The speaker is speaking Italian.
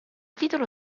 titolo